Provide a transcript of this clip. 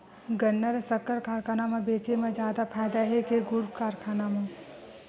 गन्ना ल शक्कर कारखाना म बेचे म जादा फ़ायदा हे के गुण कारखाना म?